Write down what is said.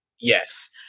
yes